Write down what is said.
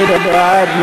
מי בעד?